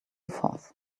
forth